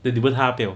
then 你问他要不要